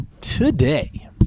today